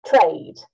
trade